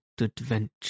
adventure